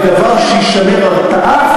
כדבר שישמר הרתעה,